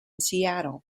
seattle